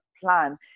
plan